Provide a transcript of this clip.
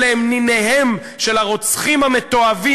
אלא הם מיניהם של הרוצחים המתועבים